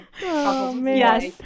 Yes